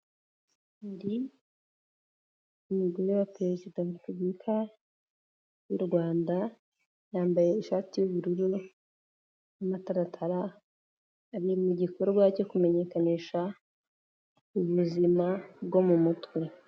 Ndi umugore wa Perezida wa Repubulika y'u Rwanda, yambaye ishati y'ubururu n'amataratara, ari mu gikorwa cyo kumenyekanisha ubuzima bwo mu mutwe.